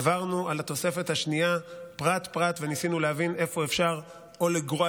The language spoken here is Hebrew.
עברנו על התוספת השנייה פרט-פרט וניסינו להבין איפה אפשר לגרוע